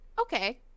Okay